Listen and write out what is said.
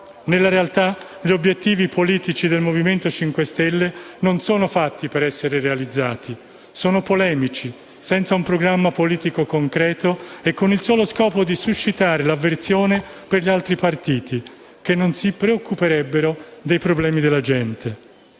Nella realtà, gli obiettivi politici del Movimento 5 Stelle non sono fatti per essere realizzati; sono polemici, senza un programma politico concreto e con il solo scopo di suscitare l'avversione per gli altri partiti (che non si preoccuperebbero dei problemi della gente).